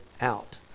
out